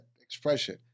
expression